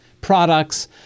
products